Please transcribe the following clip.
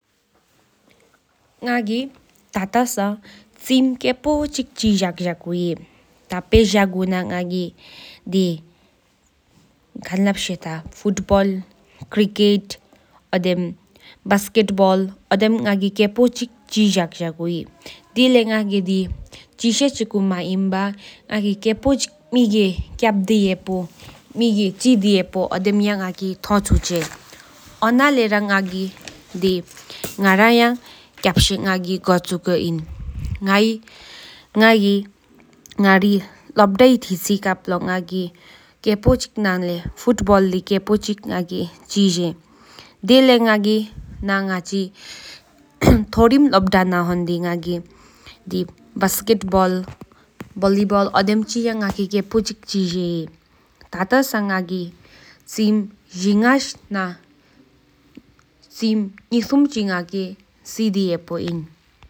ང་གི་ཐ་ཏ་ས་ཆིམ་ཁེ་པོ་ཆི་ཆི་ཇག་བྱག་འོ་ཧེ་ཐ་པེ་བྱག་གུ་ན་ང་གི་ཕོབ་ལྦོལ། བཻ་བོ་གི་ཕོབ་་ཇོ་ཆི་ཆི་ཇག་བྱག་ར་ཨིན་ཇ་གུ་གཡོ་གའོ་ཆ་གཡོ། དེ་ལས་ང་སྟེ་ཚིག་ཆུང་སྣར་མན་པ་མེ་གཡོ་སྥྂ་གལ་ཟོ་ཟོ་གཡོ་ཚྣ་ཧར་ཨིན་མེ་གཡོ། ཝ་ལུ་འར་ན་ར་ང་གི་ངའ་གཡོའ་གསུག་པ་ག་ཁ་དང་ང་གི་ང་གིས་གཡོ་སེན་མེ་གཡོ། ཁབཀ་ནས་ཇུག་གཡོ་སྣ་ཨིན་མེ་གཡོ་ང་གི་ཕོད་པོ་ཆི་ཆི་ཇག་བྱག་ར་ཧེ།